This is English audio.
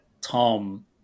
Tom